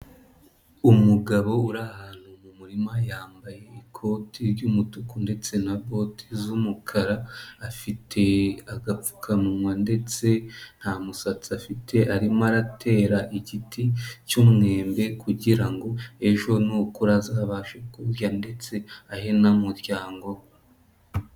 Umugabo uri ahantu mu murima yambaye ikoti ry'umutuku ndetse na bote z'umukara, afite agapfukamunwa ndetse nta musatsi afite, arimo aratera igiti cy'umwembe kugira ngo ejo nukura azabasha kurya ndetse ahe n'umuryango we.